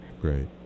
Great